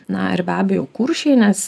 na ir be abejo kuršiai nes